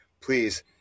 please